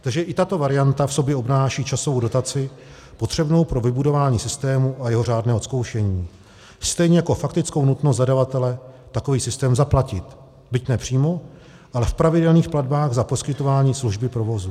Takže i tato varianta v sobě obnáší časovou dotaci potřebnou pro vybudování systému a jeho řádné odzkoušení, stejně jako faktickou nutnost zadavatele takový systém zaplatit, byť ne přímo, ale v pravidelných platbách za poskytování služby provozu.